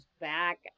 back